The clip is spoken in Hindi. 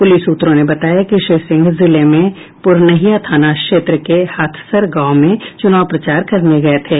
पुलिस सूत्रों ने बताया कि श्री सिंह जिले में पुरनहिया थाना क्षेत्र के हाथसर गांव में चुनाव प्रचार करने गए थे